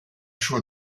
sua